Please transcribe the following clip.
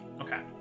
Okay